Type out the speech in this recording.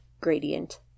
gradient